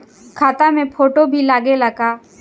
खाता मे फोटो भी लागे ला?